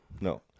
no